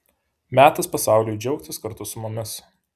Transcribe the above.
metas pasauliui džiaugtis kartu su mumis